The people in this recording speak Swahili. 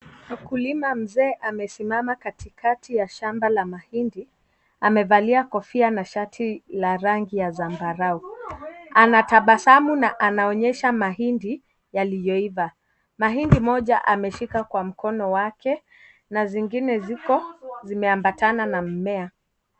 Mkulima mzee amesimama katikati ya shamba la mahindi, amevalia kofia na shati la rangi ya zambarau. Anatabasamu na anaonyesha mahindi yaliyoiva. Mahindi moja ameshika kwa mkono wake, na zingine ziko zimeambatana na mmea.